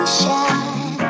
shine